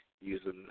using